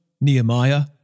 Nehemiah